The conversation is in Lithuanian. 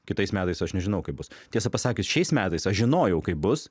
kitais metais aš nežinau kaip bus tiesą pasakius šiais metais aš žinojau kaip bus